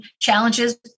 challenges